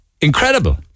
incredible